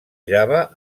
java